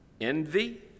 envy